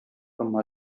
from